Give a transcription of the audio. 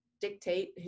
dictate